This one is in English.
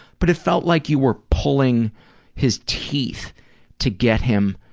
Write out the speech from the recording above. but it felt like you were pulling his teeth to get him.